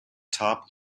top